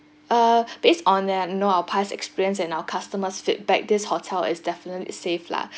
uh based on the you know our past experience and our customers feedback this hotel is definitely safe lah